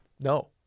no